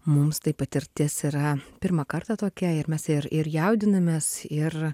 mums tai patirtis yra pirmą kartą tokia ir mes ir ir jaudinamės ir